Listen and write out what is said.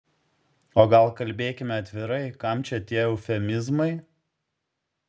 o gal kalbėkime atvirai kam čia tie eufemizmai